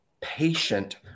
patient